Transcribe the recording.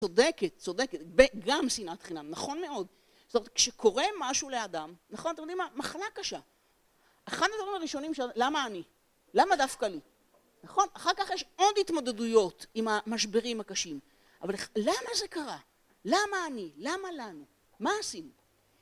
צודקת, צודקת, גם שנאת חינם, נכון מאוד, זאת אומרת, כשקורה משהו לאדם, נכון, אתם יודעים מה, מחלה קשה, אחת הדברים הראשונים של למה אני, למה דווקא לי, נכון, אחר כך יש עוד התמודדויות עם המשברים הקשים, אבל למה זה קרה, למה אני, למה לנו, מה עשינו